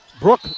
Brooke